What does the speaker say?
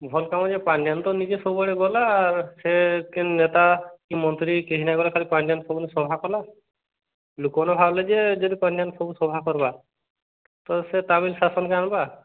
vote ସମୟରେ ପାଣ୍ଡିୟାନ୍ ତ ନିଜେ ସବୁ ଆଡ଼େ ଗଲା ସେ କିନ୍ ନେତା କି ମନ୍ତ୍ରୀ କେହି ନ ଗଲେ ଖାଲି ପାଣ୍ଡିୟାନ୍ ସବୁ ସଭା କଲା ଲୋକମାନେ ଭାବିଲେ ଯେ ଯେହେତୁ ପାଣ୍ଡିୟାନ୍ ସବୁ ସଭା କର୍ବା ତ ସେ ତା ପାଇଁ ଶାସନ କେ ଆଣବା